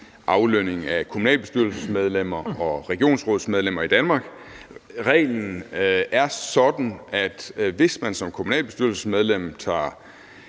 aflønning af kommunalbestyrelsesmedlemmer og regionsrådsmedlemmer i Danmark. Reglen er sådan, at hvis man som kommunalbestyrelsesmedlem tager